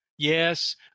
Yes